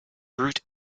brute